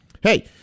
hey